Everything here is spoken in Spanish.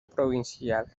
provincial